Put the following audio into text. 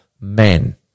men